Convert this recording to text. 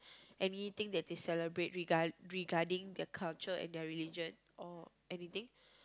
anything that they celebrate regard regarding their culture and their religion or anything